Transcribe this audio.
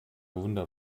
wunder